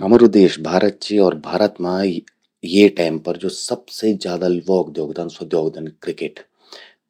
हमरु देश भारत चि अर भारत मां ये टैम पर ज्वो सबसे ज्यादा ल्वोक द्योखदन, स्वो द्योखदन क्रिकेट,